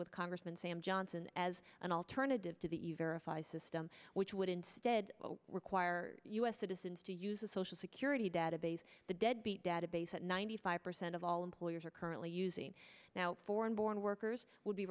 with congressman sam johnson as an alternative to the either a five system which would instead require us citizens to use a social security database the deadbeat database that ninety five percent of all employers are currently using now foreign born workers will be